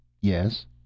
Yes